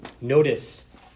notice